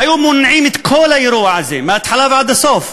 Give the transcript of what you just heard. היו מונעים את כל האירוע הזה מההתחלה ועד הסוף,